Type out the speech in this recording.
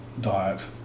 diet